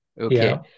okay